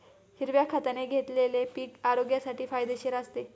हिरव्या खताने घेतलेले पीक आरोग्यासाठी फायदेशीर असते